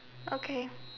okay